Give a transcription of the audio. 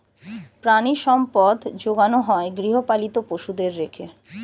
প্রাণিসম্পদ যোগানো হয় গৃহপালিত পশুদের রেখে